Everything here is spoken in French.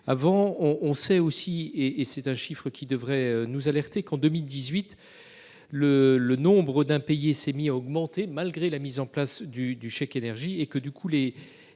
avant on on sait aussi, et, et c'est un chiffre qui devrait nous alerter qu'en 2018 le le nombre d'impayés s'est augmenter malgré la mise en place du du chèque énergie et que du coup les